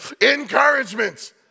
encouragement